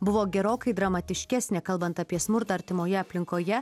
buvo gerokai dramatiškesnė kalbant apie smurtą artimoje aplinkoje